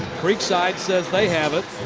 creekside says they have it.